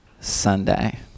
Sunday